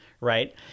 right